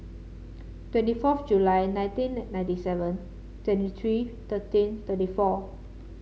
twenty fourth July nineteen ninety seven twenty three thirteen thirty four